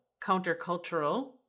countercultural